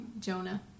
Jonah